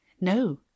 No